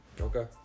Okay